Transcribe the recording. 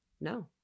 No